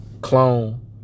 Clone